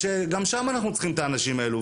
שגם שם אנחנו צריכים את האנשים האלה,